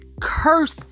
curse